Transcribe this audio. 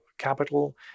Capital